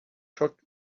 took